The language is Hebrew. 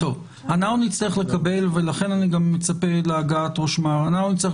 אנחנו נצטרך לקבל פה יותר פרטים.